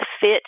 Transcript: fit